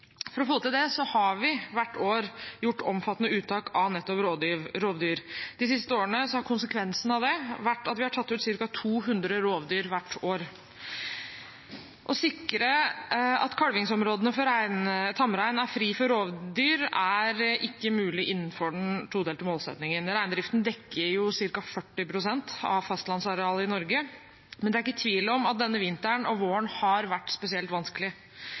For å få til det har vi hvert år gjort omfattende uttak av nettopp rovdyr. De siste årene har konsekvensen av det vært at vi har tatt ut ca. 200 rovdyr hvert år. Å sikre at kalvingsområdene for tamrein er fri for rovdyr er ikke mulig innenfor den todelte målsettingen. Reindriften dekker ca. 40 pst. av fastlandsarealet i Norge, men det er ikke tvil om at denne vinteren og våren har vært spesielt vanskelig.